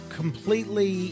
completely